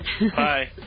Bye